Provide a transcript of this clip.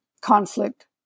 conflict